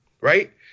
right